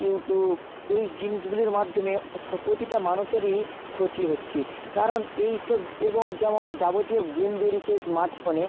YouTube এই জিনিসগুলির মাধ্যমে ও প্রতিটা মানুষেরই ক্ষতি হচ্ছে কারণ এইসব এবং যেমন যাবতীয় গেম বেরিয়েছে স্মার্টফোনে